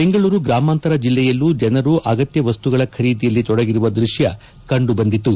ಬೆಂಗಳೂರು ಗ್ರಾಮಾಂತರ ಜಿಲ್ಲೆಯಲ್ಲೂ ಜನರು ಅಗತ್ಕವಸ್ತುಗಳ ಖರೀದಿಯಲ್ಲಿ ತೊಡಗಿರುವ ದೃಶ್ಯ ಕಂಡುಬಂದಿತು